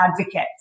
advocate